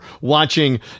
watching